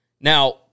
Now